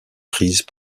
prise